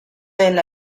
del